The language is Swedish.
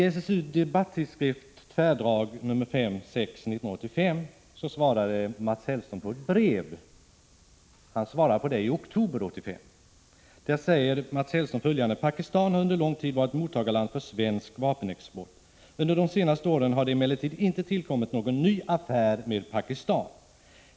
I SSU:s debattidskrift Tvärdrag nr 5/6, 1985, svarade Mats Hellström i oktober 1985 på ett brev och sade följande: ”Pakistan har under lång tid varit mottagarland för svensk vapenexport. Under de senaste åren har det emellertid inte tillkommit någon ny affär med Pakistan.